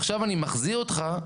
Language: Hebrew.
עכשיו אני מחזיר אותך,